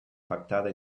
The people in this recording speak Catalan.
pactada